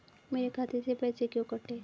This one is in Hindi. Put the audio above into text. मेरे खाते से पैसे क्यों कटे?